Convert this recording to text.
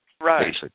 right